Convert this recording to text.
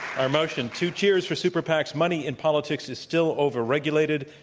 our motion, two cheers for super pacs money in politics is still overregulated.